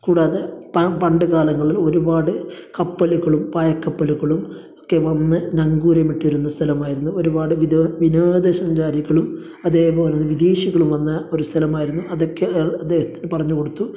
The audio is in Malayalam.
കൂടാതെ പണ്ട് കാലങ്ങളിൽ ഒരുപാട് കപ്പലുകളും പായ് കപ്പലുകളും ഒക്കെ വന്ന് നങ്കൂരമിട്ടിരുന്ന സ്ഥലമായിരുന്നു ഒരുപാട് വിനോദ സഞ്ചാരികളും അതേപോലെ വിദേശികളും വന്ന ഒരു സ്ഥലമായിരുന്നു അതൊക്കെ അയാൾ അദ്ദേഹത്തിന് പറഞ്ഞു കൊടുത്തു